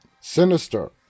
Sinister